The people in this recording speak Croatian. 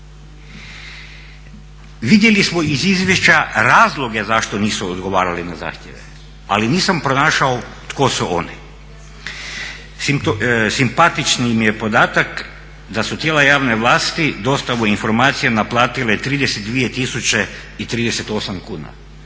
Vidjeli smo iz izvješća razloge zašto nisu odgovarali na zahtjeve, ali nisam pronašao tko su oni. Simpatični mi je podatak da su tijela javne vlasti dostavu informacija naplatile 32038 kn.